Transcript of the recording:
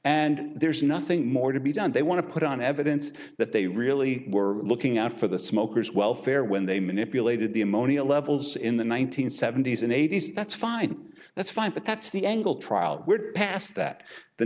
and there's nothing more to be done they want to put on evidence that they really were looking out for the smokers welfare when they manipulated the ammonia levels in the one nine hundred seventy s and eighty's that's fine that's fine but that's the angle trial past that the